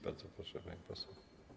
Bardzo proszę, pani poseł.